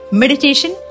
meditation